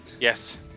yes